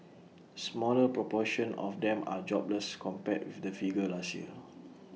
smaller proportion of them are jobless compared with the figure last year